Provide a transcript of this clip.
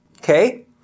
Okay